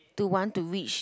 to want to reach